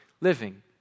living